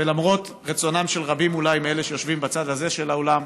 ולמרות רצונם של רבים אולי מאלה שיושבים בצד הזה של האולם,